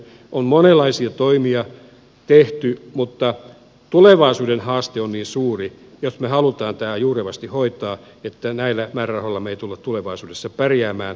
on tehty monenlaisia toimia mutta tulevaisuuden haaste on niin suuri jos me haluamme tämän juurevasti hoitaa että näillä määrärahoilla me emme tule tulevaisuudessa pärjäämään